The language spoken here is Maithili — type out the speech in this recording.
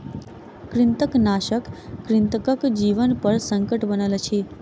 कृंतकनाशक कृंतकक जीवनपर संकट बनल अछि